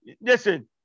Listen